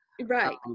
Right